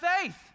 faith